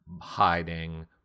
hiding